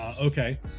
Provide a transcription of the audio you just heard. Okay